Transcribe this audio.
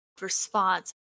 response